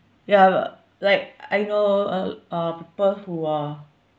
ya like I know uh uh people who are